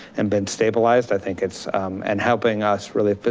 and been stabilized, i think it's and helping us really,